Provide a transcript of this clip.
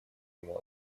ему